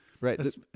Right